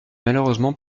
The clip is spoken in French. malheureusement